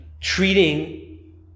treating